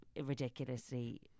ridiculously